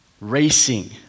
racing